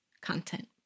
content